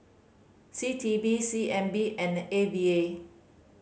C T E C N B and A V A